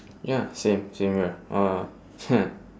ya same same here uh